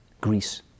Greece